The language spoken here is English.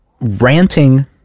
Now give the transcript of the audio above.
ranting